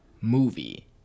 movie